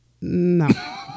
No